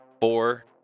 four